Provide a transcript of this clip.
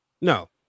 No